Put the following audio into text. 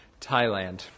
Thailand